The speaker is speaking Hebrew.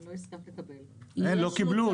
לא קיבלו.